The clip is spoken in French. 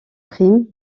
primes